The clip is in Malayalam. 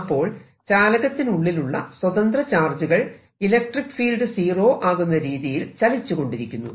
അപ്പോൾ ചാലകത്തിനുള്ളിലുള്ള സ്വതന്ത്ര ചാർജുകൾ ഇലക്ട്രിക്ക് ഫീൽഡ് സീറോ ആകുന്ന രീതിയിൽ ചലിച്ചുകൊണ്ടിരിക്കുന്നു